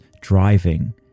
driving